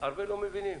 והרבה לא מבינים